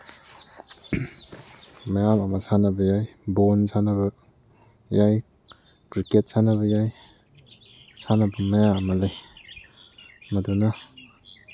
ꯃꯌꯥꯝ ꯑꯃ ꯁꯥꯟꯅꯕ ꯌꯥꯏ ꯕꯣꯜ ꯁꯥꯟꯅꯕ ꯌꯥꯏ ꯀ꯭ꯔꯤꯛꯀꯦꯠ ꯁꯥꯟꯅꯕ ꯌꯥꯏ ꯁꯥꯟꯅꯐꯝ ꯃꯌꯥꯝ ꯑꯃ ꯂꯩ ꯃꯗꯨꯅ